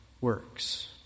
works